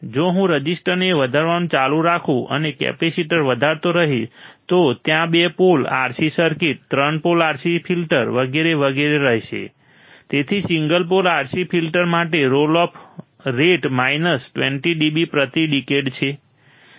જો હું રઝિસ્ટરને વધારવાનું ચાલુ રાખું અને કેપેસિટર વધારતો રહીશ તો ત્યાં બે પોલ RC સર્કિટ ત્રણ પોલ RC ફિલ્ટર વગેરે વગેરે રહેશે તેથી સિંગલ પોલ RC ફિલ્ટર માટે roll off rate minus 20 dB પ્રતિ ડિકેડ છે